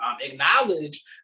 acknowledge